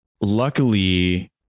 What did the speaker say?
luckily